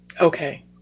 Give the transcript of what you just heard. okay